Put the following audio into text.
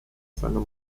seiner